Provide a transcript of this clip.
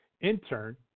intern